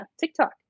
tiktok